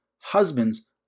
Husbands